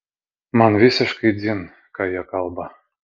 man visiškai dzin ką jie kalba